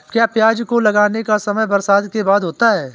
क्या प्याज को लगाने का समय बरसात के बाद होता है?